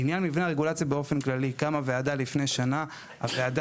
לעניין מבנה הרגולציה באופן כללי: קמה ועדה לפני שנה; הוועדה